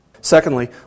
Secondly